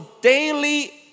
daily